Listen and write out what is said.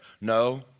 No